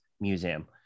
Museum